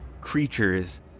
creatures